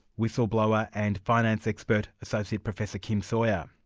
whistleblower and finance expert, associate professor kim sawyer.